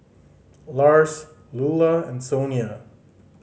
Lars Loula and Sonia